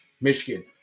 Michigan